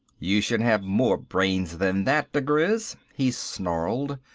you should have more brains than that, digriz, he snarled.